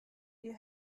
ihr